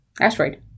asteroid